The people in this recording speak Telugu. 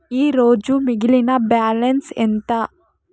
ఈరోజు మిగిలిన బ్యాలెన్స్ ఎంత?